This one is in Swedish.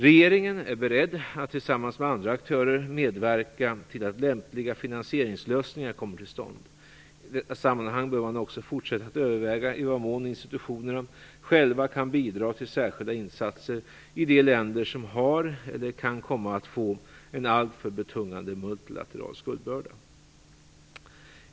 Regeringen är beredd att tillsammans med andra aktörer medverka till att lämpliga finansieringslösningar kommer till stånd. I detta sammanhang bör man också fortsätta att överväga i vad mån institutionerna själva kan bidra till särskilda insatser i de länder som har eller kan komma att få en alltför betungande multilateral skuldbörda.